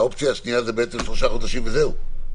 האופציה השנייה היא שלושה חודשים וזהו,